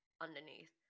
underneath